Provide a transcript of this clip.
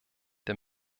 der